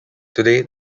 today